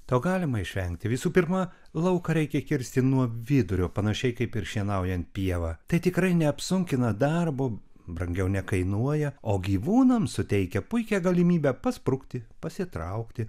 to galima išvengti visų pirma lauką reikia kirsti nuo vidurio panašiai kaip ir šienaujant pievą tai tikrai neapsunkina darbo brangiau nekainuoja o gyvūnams suteikia puikią galimybę pasprukti pasitraukti